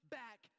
back